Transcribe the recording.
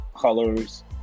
colors